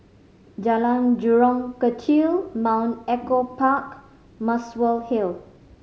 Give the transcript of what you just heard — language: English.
Jalan Jurong Kechil Mount Echo Park Muswell Hill